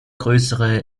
größere